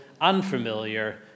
unfamiliar